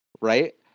Right